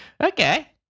okay